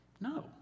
No